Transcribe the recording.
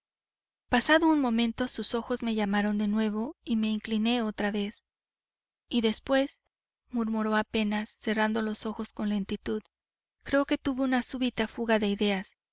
pasado un momento sus ojos me llamaron de nuevo y me incliné otra vez y después murmuró apenas cerrando los ojos con lentitud creo que tuvo una súbita fuga de ideas